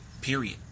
period